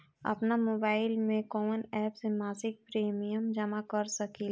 आपनमोबाइल में कवन एप से मासिक प्रिमियम जमा कर सकिले?